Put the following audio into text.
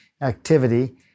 activity